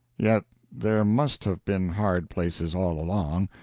yet there must have been hard places all along,